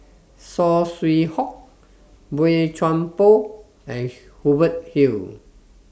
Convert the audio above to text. Saw Swee Hock Boey Chuan Poh and Hubert Hill